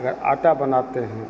अगर आटा बनाते हैं